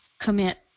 commit